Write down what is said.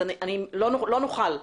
אז לא נוכל.